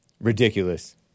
Ridiculous